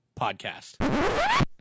podcast